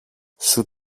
σου